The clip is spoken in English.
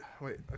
wait